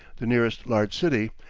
the nearest large city,